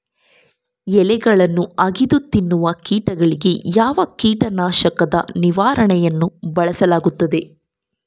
ಎಲೆಗಳನ್ನು ಅಗಿದು ತಿನ್ನುವ ಕೇಟಗಳಿಗೆ ಯಾವ ಕೇಟನಾಶಕದ ನಿರ್ವಹಣೆಯನ್ನು ಬಳಸಲಾಗುತ್ತದೆ?